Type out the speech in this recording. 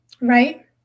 right